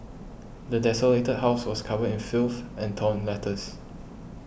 the desolated house was covered in filth and torn letters